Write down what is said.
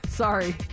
Sorry